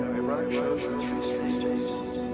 iraq showes the three stages.